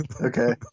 okay